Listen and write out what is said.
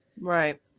Right